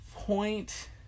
Point